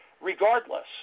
regardless